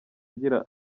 agira